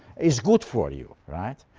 is good for you. right?